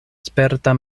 sperta